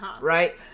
Right